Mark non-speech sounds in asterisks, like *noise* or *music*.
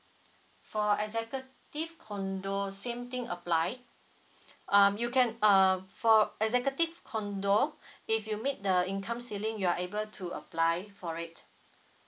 for executive condo same thing applied *breath* um you can um for executive condo if you meet the income ceiling you're able to apply for it